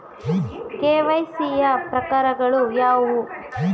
KYC ಯ ಪ್ರಕಾರಗಳು ಯಾವುವು?